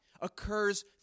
occurs